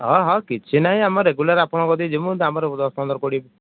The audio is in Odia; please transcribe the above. ହଁ ହଁ କିଛି ନାହିଁ ଆମର ରେଗୁଲାର ଆପଣଙ୍କ କତିକୁ ଯିବୁ ଆମର ଦଶ ପନ୍ଦର କୋଡ଼ିଏ